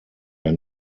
der